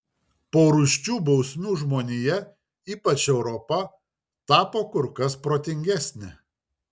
po rūsčių bausmių žmonija ypač europa tapo kur kas protingesnė